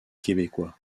québécois